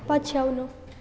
पछ्याउनु